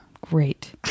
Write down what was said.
Great